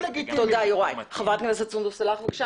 חברת הכנסת סונדוס סאלח.